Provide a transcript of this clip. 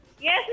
Yes